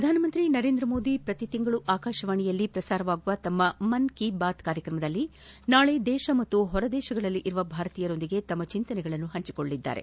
ಪ್ರಧಾನಮಂತ್ರಿ ನರೇಂದ್ರ ಮೋದಿ ಪ್ರತಿ ತಿಂಗಳು ಆಕಾಶವಾಣಿಯಲ್ಲಿ ಪ್ರಸಾರವಾಗುವ ತಮ್ಮ ಮನ್ ಕೀ ಬಾತ್ ಕಾರ್ಯಕ್ರಮದಲ್ಲಿ ನಾಳೆ ದೇಶ ಹಾಗೂ ಹೊರದೇಶದ ಭಾರತೀಯರೊಂದಿಗೆ ತಮ್ನ ಚಿಂತನೆಗಳನ್ನು ಹಂಚಿಕೊಳ್ಲಲಿದ್ದಾರೆ